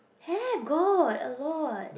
have got a lot